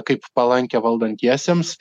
kaip palankią valdantiesiems